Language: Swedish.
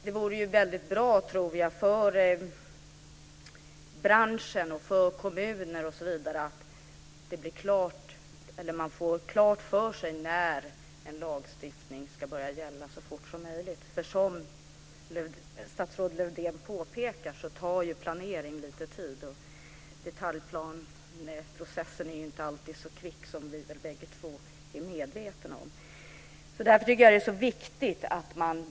Det vore väldigt bra för branschen och för kommunerna att de så fort som möjligt får klart för sig när lagstiftningen ska börja att gälla. Som statsrådet Lövdén påpekade tar planering lite tid. Detaljplaneprocessen är inte alltid så snabb, vilket vi båda två är medvetna om.